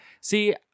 see